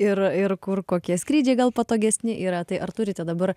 ir ir kur kokie skrydžiai gal patogesni yra tai ar turite dabar